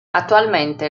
attualmente